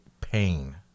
pain